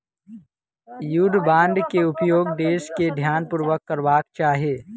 युद्ध बांड के उपयोग देस के ध्यानपूर्वक करबाक चाही